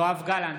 בעד יואב גלנט,